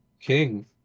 King